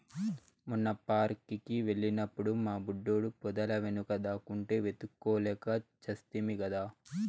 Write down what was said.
మొన్న పార్క్ కి వెళ్ళినప్పుడు మా బుడ్డోడు పొదల వెనుక దాక్కుంటే వెతుక్కోలేక చస్తిమి కదా